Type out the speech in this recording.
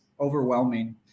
overwhelming